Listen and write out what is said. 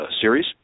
series